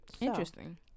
Interesting